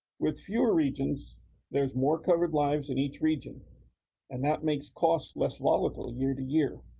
with fewer regions there's more covered lives in each region and that makes cost less volatile year to year.